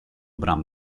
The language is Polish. bram